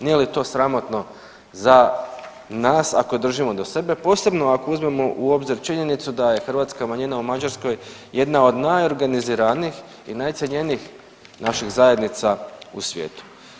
Nije li to sramotno za nas ako držimo do sebe, posebno ako uzmemo u obzir činjenicu da je hrvatska manjina u Mađarskoj jedna od najorganiziranijih i najcjenjenijih naših zajednica u svijetu.